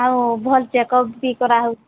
ଆଉ ଭଲ୍ ଚେକଅପ୍ ବି କରାହେଉଛେ